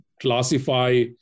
classify